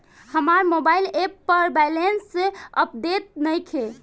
हमार mobile app पर balance update नइखे